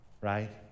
right